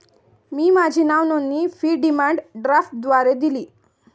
मी माझी नावनोंदणी fee demand ड्राफ्टद्वारे दिली